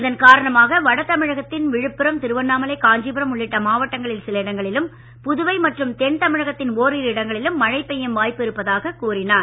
இதன் காரணமாக வட தமிழகத்தின் விழுப்புரம் திருவண்ணாமலை காஞ்சிபுரம் உள்ளிட்ட மாவட்டங்களில் சில இடங்களிலும் புதுவை மற்றும் தென் தமிழகத்தின் ஓரிரு இடங்களிலும் மழை பெய்யும் வாய்ப்பு இருப்பதாக கூறினார்